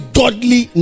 godly